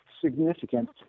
significant